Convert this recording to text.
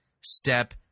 Step